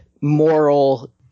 moral